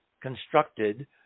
constructed